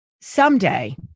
someday